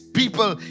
people